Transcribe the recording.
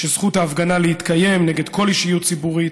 שזכות ההפגנה להתקיים נגד כל אישיות ציבורית,